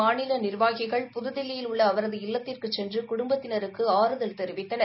மாநில நிர்வாகிகள் புதுதில்லியில் உள்ள அவரது இல்லத்திற்குச் சென்று குடும்பத்தினருக்கு ஆறுதல் தெரிவித்தனர்